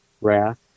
wrath